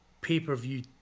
pay-per-view